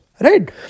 Right